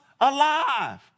alive